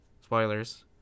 spoilers